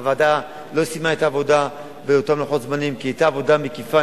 הוועדה לא סיימה את העבודה על-פי לוחות הזמנים כי נעשתה עבודה מקיפה.